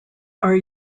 are